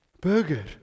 burger